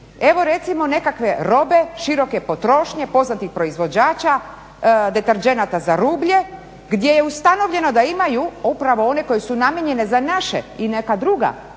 Evo recimo nekakve robe široke potrošnje, poznatih proizvođača, deterdženata za rublje gdje je ustanovljeno da imaju upravo one koje su namijenjene za naše i neka druga